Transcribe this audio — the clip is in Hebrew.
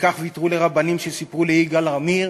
וכך ויתרו לרבנים שסיפרו ליגאל עמיר